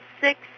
six